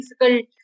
difficult